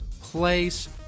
place